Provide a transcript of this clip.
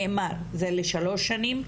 נאמר, זה לשלוש שנים?